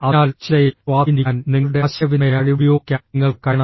അതിനാൽ ചിന്തയെ സ്വാധീനിക്കാൻ നിങ്ങളുടെ ആശയവിനിമയ കഴിവ് ഉപയോഗിക്കാൻ നിങ്ങൾക്ക് കഴിയണം